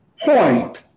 Point